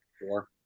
Four